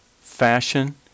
fashion